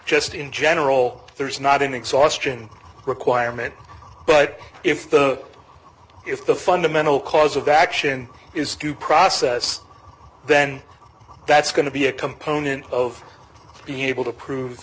just in general there's not an exhaustion requirement but if the if the fundamental cause of action is to process then that's going to be a component of being able to prove